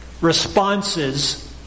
responses